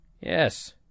Yes